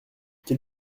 quel